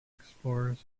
explorers